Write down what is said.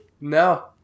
No